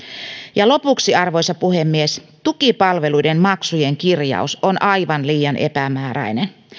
ja lopuksi arvoisa puhemies tukipalveluiden maksujen kirjaus on aivan liian epämääräinen